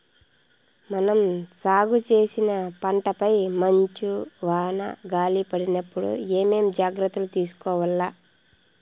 మనం సాగు చేసిన పంటపై మంచు, వాన, గాలి పడినప్పుడు ఏమేం జాగ్రత్తలు తీసుకోవల్ల?